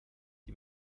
die